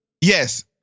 Yes